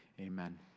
Amen